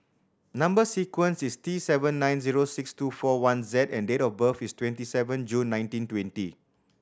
number sequence is T seven nine zero six two four one Z and date of birth is twenty seven June nineteen twenty